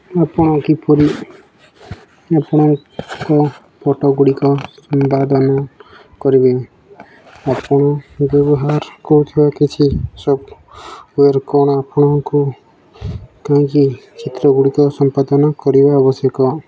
ଆପଣ କିପରି ଆପଣଙ୍କ ଫଟୋଗୁଡ଼ିକ ସମ୍ପାଦନ କରିବେ ଆପଣ ବ୍ୟବହାର କରୁଥିବା କିଛି ସପ୍ଟ୍ୱେର୍ କ'ଣ ଆପଣଙ୍କୁ କାହିଁକି ଚିତ୍ରଗୁଡ଼ିକ ସମ୍ପାଦନ କରିବା ଆବଶ୍ୟକ